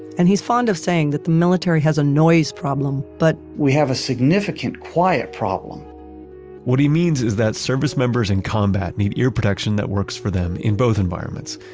and he's fond of saying that the military has a noise problem, but, we have a significant quiet problem what he means is that service members in combat need ear protection that works for them in both environments,